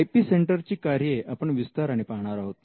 I P centre ची कार्ये आपण विस्ताराने पाहणार आहोत